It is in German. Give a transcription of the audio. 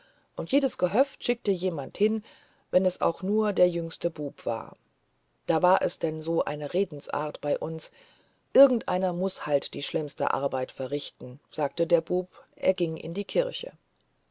und jedes gehöft schickte jemand hin wenn es auch nur der jüngste bube war da war es denn so eine redensart bei uns irgendeiner muß halt die schlimmste arbeit verrichten sagte der bub er ging in die kirche